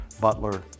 Butler